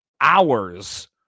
hours